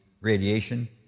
radiation